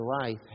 life